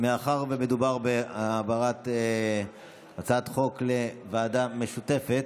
מאחר שמדובר בהעברת הצעת החוק לוועדה משותפת,